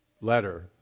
letter